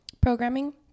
programming